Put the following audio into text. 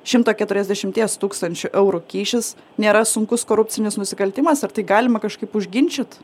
šimto keturiasdešimties tūkstančių eurų kyšis nėra sunkus korupcinis nusikaltimas ar tai galima kažkaip užginčyt